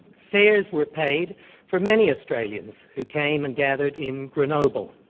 fares were paid for many australians who came and gathered in grenoble.